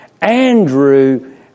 Andrew